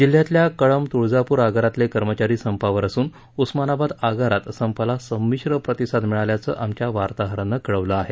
जिल्ह्यातल्या कळंब तुळजापूर आगारातले कर्मचारी संपावर असून उस्मानाबाद आगारात संपाला संमिश्र प्रतिसाद मिळाल्याचं आमच्या वार्ताहरानं कळवलं आहे